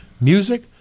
Music